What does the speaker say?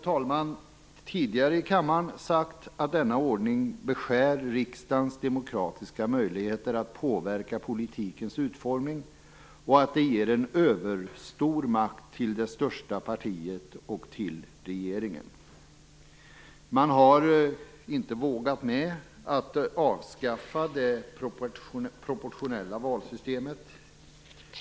Jag har tidigare i kammaren sagt att denna ordning beskär riksdagens demokratiska möjligheter att påverka politikens utformning och att det ger en överstor makt till det största partiet och till regeringen. Man har inte vågat att avskaffa det proportionella valsystemet.